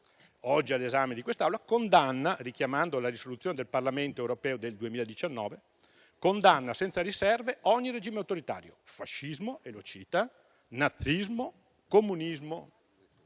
oggi all'esame di quest'Assemblea, richiamando la risoluzione del Parlamento europeo del 2019, condanna senza riserve ogni regime autoritario, fascismo - e lo cita - nazismo, comunismo.